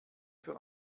für